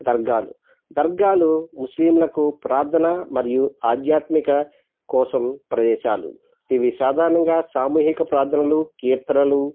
దర్గాలు దర్గాలు ముస్లింలకు ప్రార్ధన మరియు ఆధ్యాత్మికత కోసం ప్రదేశాలు ఇవి సాధారణంగా సామూహిక ప్రార్ధనలు కీర్తనలు